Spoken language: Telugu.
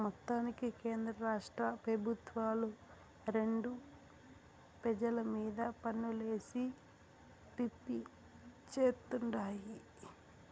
మొత్తానికి కేంద్రరాష్ట్ర పెబుత్వాలు రెండు పెజల మీద పన్నులేసి పిప్పి చేత్తుండాయి